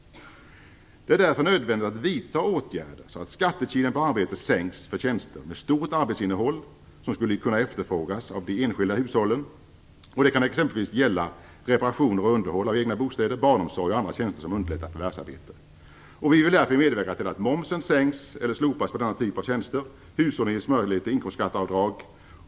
Det är därför nödvändigt att vidta åtgärder så att skattekilen på arbete sänks för tjänster med stort arbetsinnehåll som skulle kunna efterfrågas av de enskilda hushållen. Det kan exempelvis gälla reparationer och underhåll av egna bostäder, barnomsorg och andra tjänster som underlättar förvärvsarbete. Vi vill därför medverka till att momsen sänks eller slopas på denna typ av tjänster. Hushållen ges möjlighet till inkomstskatteavdrag.